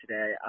today